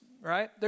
right